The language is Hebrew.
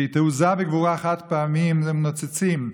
כי תעוזה וגבורה חד-פעמיות הן נוצצות,